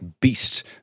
beast